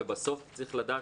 ובסוף צריך לדעת,